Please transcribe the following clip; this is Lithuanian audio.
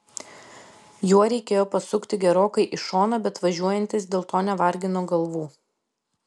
juo reikėjo pasukti gerokai į šoną bet važiuojantys dėl to nevargino galvų